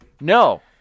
No